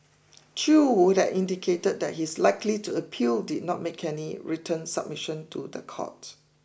Chew who had indicated that he is likely to appeal did not make any written submission to the court